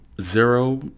zero